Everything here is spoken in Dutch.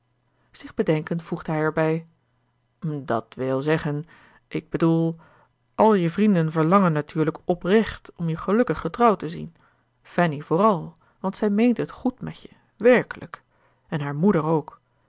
zich bedenkend voegde hij erbij dat wil zeggen ik bedoel al je vrienden verlangen natuurlijk oprecht om je gelukkig getrouwd te zien fanny vooral want zij meent het goed met je werkelijk en haar moeder ook